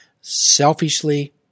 selfishly